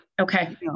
Okay